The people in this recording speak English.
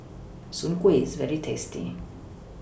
Soon Kuih IS very tasty